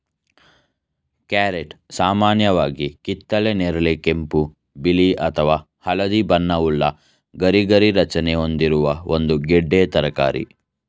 carrot ಸಾಮಾನ್ಯವಾಗಿ ಕಿತ್ತಳೆ ನೇರಳೆ ಕೆಂಪು ಬಿಳಿ ಅಥವಾ ಹಳದಿ ಬಣ್ಣವುಳ್ಳ ಗರಿಗರಿ ರಚನೆ ಹೊಂದಿರುವ ಒಂದು ಗೆಡ್ಡೆ ತರಕಾರಿ